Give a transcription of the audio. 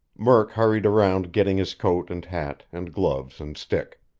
murk hurried around getting his coat and hat and gloves and stick.